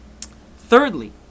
Thirdly